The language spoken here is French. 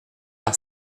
par